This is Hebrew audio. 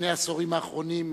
בשני העשורים האחרונים,